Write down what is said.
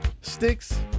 Sticks